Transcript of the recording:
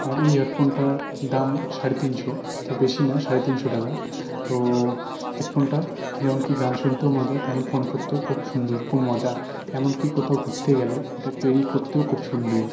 আর এই হেডফোনটার দাম সাড়ে তিনশো তো বেশি না সাড়ে তিনশো টাকা তো হেডফোনটা যেমন কি গান শুনতেও মজা তেমন ফোন করতেও খুব সুন্দর খুব মজা এমনকি কোথাও ঘুরতে গেলে এটা ক্যারি করতেও খুব সুন্দর